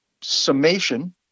summation